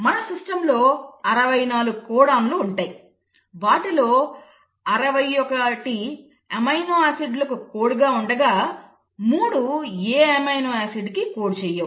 మన సిస్టమ్లో 64 కోడాన్లు ఉంటాయి వాటిలో 61 అమైనో ఆసిడ్లకు కోడ్ గా ఉండగా 3 ఏ అమైనో ఆసిడ్ కి కోడ్ చేయవు